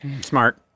Smart